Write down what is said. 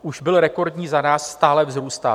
Už byl rekordní za nás a stále vzrůstá.